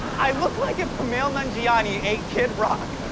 i look like if kumail nanjiani ate kid rock.